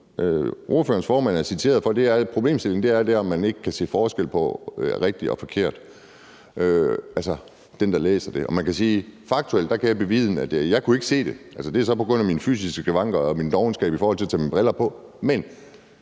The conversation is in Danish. ordførerens formand er citeret for, er problemstillingen, at man ikke kan se forskel på rigtigt og forkert, altså den, der læser det. Faktuelt kan jeg bevidne, at jeg ikke kunne se det. Det er så på grund af mine fysiske skavanker og min dovenskab i forhold til at tage mine briller på.